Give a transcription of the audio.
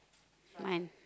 mine